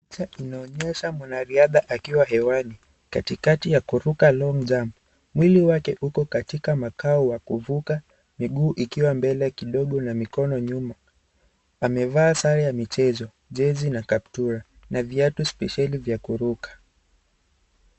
Picha inaonyesha mwanariadha akiwa hewani katikati ya kuruka long jump mwili wake ukokatika makao wa kuvuka miguu ikiwa mbele kidogo na mikono nyuma, amevaa sare ya michezo jezi na kaptura na viatu spesheli vya kuruka.